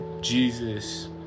Jesus